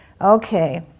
Okay